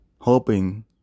hoping